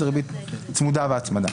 זאת ריבית צמודה והצמדה.